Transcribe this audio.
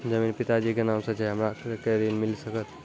जमीन पिता जी के नाम से छै हमरा के ऋण मिल सकत?